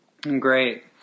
Great